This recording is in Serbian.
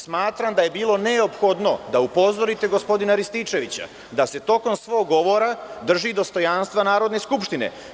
Smatram da je bilo neophodno da upozorite gospodina Rističevića da se tokom svog govora drži dostojanstva Narodne skupštine.